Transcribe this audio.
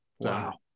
Wow